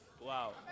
Wow